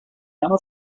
emma